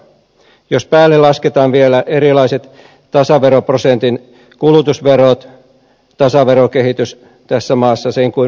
jos päälle lasketaan vielä erilaiset tasaveroprosentin kulutusverot tasaverokehitys tässä maassa sen kuin vahvistuu